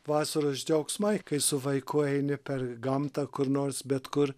vasaros džiaugsmai kai su vaiku eini per gamtą kur nors bet kur